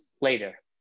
later